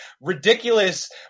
ridiculous